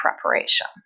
preparation